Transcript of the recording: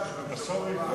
במכסה של השבוע הבא.